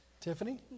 Tiffany